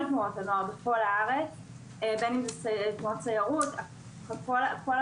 תנועות הנוער בכל הארץ בין בתנועות סיירות וכדומה.